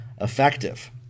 effective